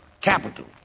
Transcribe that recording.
capital